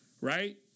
Right